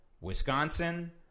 Wisconsin